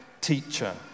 teacher